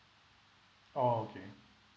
oh okay